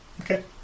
Okay